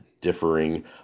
differing